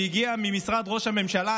שהגיע ממשרד ראש הממשלה,